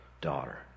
daughter